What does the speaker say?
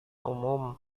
umum